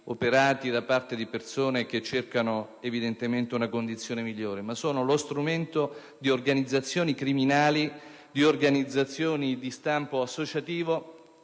operati da parte di persone che cercano una condizione migliore, ma sono lo strumento di organizzazioni criminali di stampo associativo